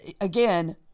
again